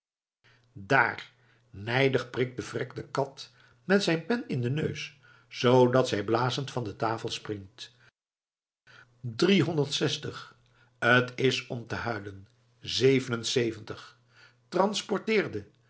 daar nijdig prikt de vrek de kat met zijn pen in den neus zoodat zij blazend van de tafel springt drie honderd zestig t is om te huilen zeven en zeventig transporteere